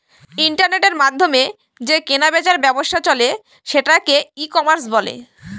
ইন্টারনেটের মাধ্যমে যে কেনা বেচার ব্যবসা চলে সেটাকে ই কমার্স বলে